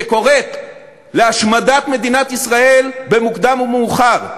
שקורא להשמדת מדינת ישראל במוקדם או במאוחר,